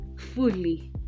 fully